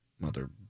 Mother